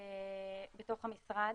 בתוך המשרד